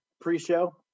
pre-show